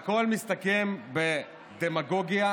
והכול מסתכם בדמגוגיה,